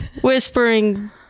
whispering